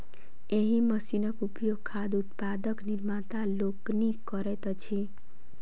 एहि मशीनक उपयोग खाद्य उत्पादक निर्माता लोकनि करैत छथि